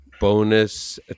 bonus